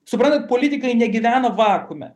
suprantat politikai negyvena vakuume